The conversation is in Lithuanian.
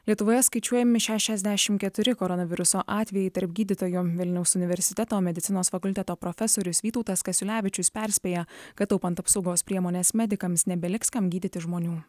lietuvoje skaičiuojami šešiasdešimt keturi koronaviruso atvejai tarp gydytojų vilniaus universiteto medicinos fakulteto profesorius vytautas kasiulevičius perspėja kad taupant apsaugos priemones medikams nebeliks kam gydyti žmonių